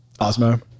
Osmo